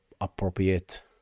appropriate